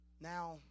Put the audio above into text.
Now